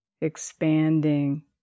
expanding